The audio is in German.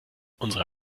unsere